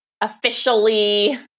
officially